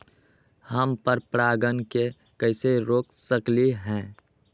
हम पर परागण के कैसे रोक सकली ह?